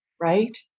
right